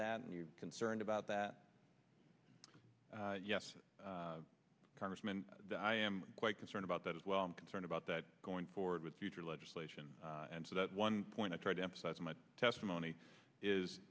that and you're concerned about that yes congressman the i am quite concerned about that as well i'm concerned about that going forward with future legislation and so that one point i tried to emphasize in my testimony is